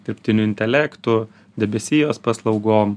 dirbtiniu intelektu debesijos paslaugom